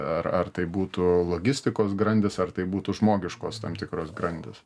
ar ar tai būtų logistikos grandys ar tai būtų žmogiškos tam tikros grandys